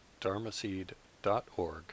dharmaseed.org